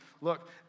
Look